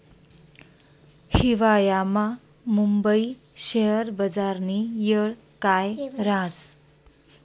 हिवायामा मुंबई शेयर बजारनी येळ काय राहस